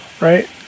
right